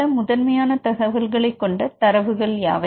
பல முதன்மையான தகவல்களை கொண்ட தரவுகள யாவை